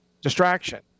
distraction